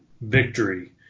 victory